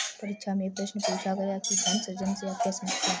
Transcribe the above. परीक्षा में प्रश्न पूछा गया कि धन सृजन से आप क्या समझते हैं?